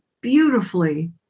beautifully